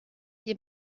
die